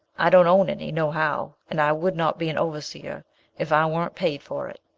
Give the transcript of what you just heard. i don't own any, no how, and i would not be an overseer if i wern't paid for it.